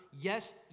Yes